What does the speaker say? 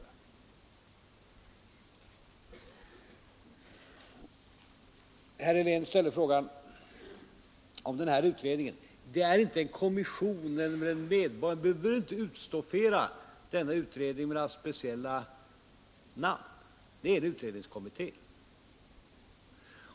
Sedan frågade herr Helén hur det var med den utredning som skall tillsättas. Jag vill svara att det är inte en kommission, det är en utredning. Vi behöver inte utstoffera den med annat namn. Det är en utredningskommitté.